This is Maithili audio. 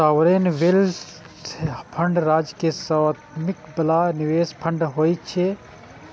सॉवरेन वेल्थ फंड राज्य के स्वामित्व बला निवेश फंड होइ छै